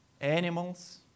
Animals